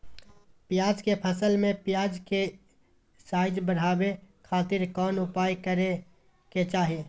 प्याज के फसल में प्याज के साइज बढ़ावे खातिर कौन उपाय करे के चाही?